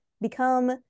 become